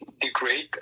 degrade